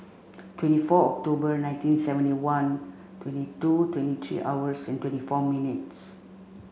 twenty four October nineteen seventy one twenty two twenty three hours twenty four minutes